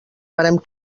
vàrem